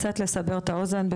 קצת לסבר את האוזן,